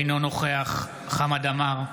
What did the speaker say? אינו נוכח חמד עמאר,